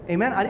Amen